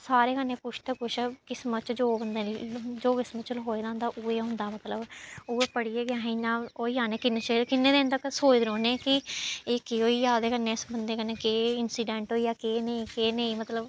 सारें कन्नै कुछ ते कुछ किस्मत च जो बंदे जो किस्मत च लखोए दा होंदा उ'ऐ होंदा मतलब उ'ऐ पढ़ियै गै अस इ'यां होई जन्नें किन्ने चिर किन्ने दिन तक्कर सोचदे रौह्न्नें कि एह् केह् होई गेआ ओह्दे कन्नै इस बंदे कन्नै केह् इंसिडैंट होई गेआ केह् नेईं केह् नेईं मतलब